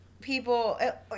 people